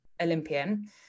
Olympian